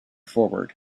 forward